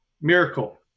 Miracle